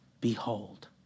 Behold